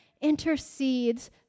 intercedes